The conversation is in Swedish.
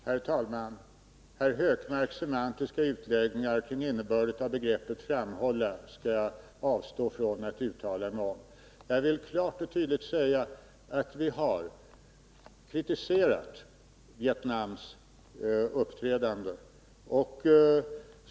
Herr talman! Herr Hökmarks semantiska utläggningar kring innebörden av begreppet ”framhålla” skall jag avstå från att uttala mig om. Jag vill klart och tydligt säga att vi har kritiserat Vietnams uppträdande.